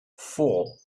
four